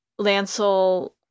Lancel